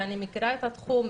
ואני מכירה את התחום,